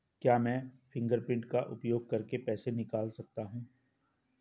क्या मैं फ़िंगरप्रिंट का उपयोग करके पैसे निकाल सकता हूँ?